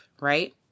right